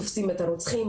תופסים את הרוצחים,